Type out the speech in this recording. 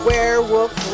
Werewolf